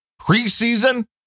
preseason